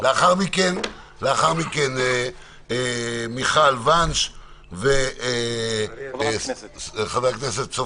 לאחר מכן חברי הכנסת מיכל וונש ואופיר סופר,